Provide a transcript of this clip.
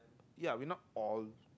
ya we not all